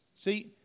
See